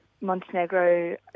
Montenegro